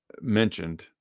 mentioned